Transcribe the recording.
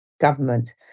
government